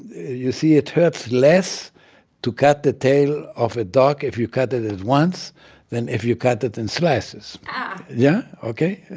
you see, it hurts less to cut the tail off a dog if you cut it at once than if you cut it in slices ah yeah, ok?